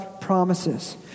promises